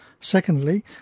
Secondly